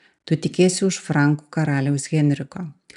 tu tekėsi už frankų karaliaus henriko